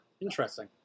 Interesting